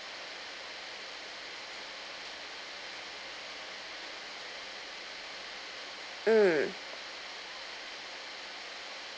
mm